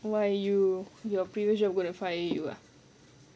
why you your previous job gonna fire you ah